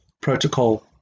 protocol